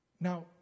Now